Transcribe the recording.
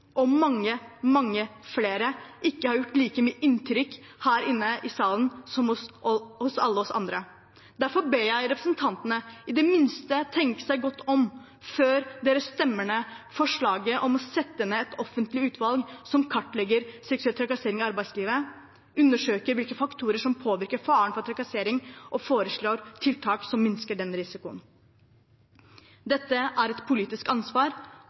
og mange, mange flere – ikke har gjort like mye inntrykk her inne i salen som på alle oss andre. Derfor ber jeg representantene i det minste tenke seg godt om før de stemmer ned forslaget om å sette ned et offentlig utvalg som kartlegger seksuell trakassering i arbeidslivet, undersøker hvilke faktorer som påvirker faren for trakassering, og foreslår tiltak som minsker den risikoen. Dette er et politisk ansvar,